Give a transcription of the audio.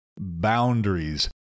boundaries